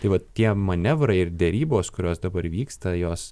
tai va tie manevrai ir derybos kurios dabar vyksta jos